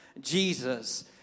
Jesus